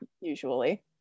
usually